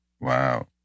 Wow